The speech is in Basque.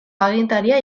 agintaria